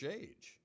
age